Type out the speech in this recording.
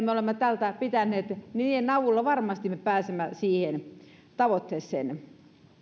me olemme täällä pitäneet niiden avulla me varmasti pääsemme siihen tavoitteeseen